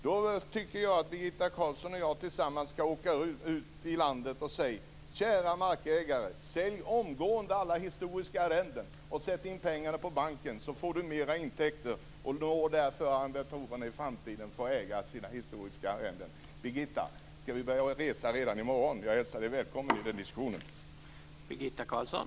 Då tycker jag att Birgitta Carlsson och jag skall åka ut i landet och säga: Kära markägare, sälj omgående alla historiska arrenden och sätt in pengarna på banken så får ni större intäkter och då får arrendatorerna i framtiden äga sina historiska arrenden. Skall vi börja resan redan i morgon? Jag hälsar Birgitta Carlsson välkommen nere i Skåne!